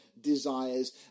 desires